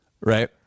right